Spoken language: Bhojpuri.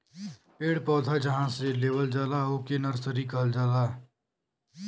पेड़ पौधा जहां से लेवल जाला ओके नर्सरी कहल जाला